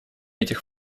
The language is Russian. этих